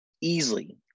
easily